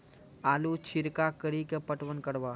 आलू छिरका कड़ी के पटवन करवा?